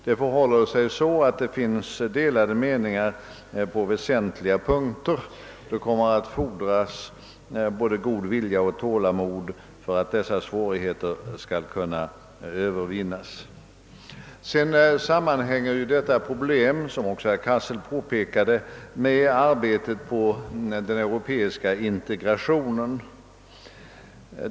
Det råder delade meningar på väsentliga punkter. Det kommer att fordras både god vilja och tålamod för att dessa svårigheter skall kunna övervinnas. Detta problem sammanhänger, som också herr Cassel påpekade, med arbetet på den europeiska integrationen.